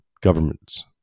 governments